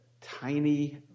tiny